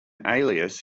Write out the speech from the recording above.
alias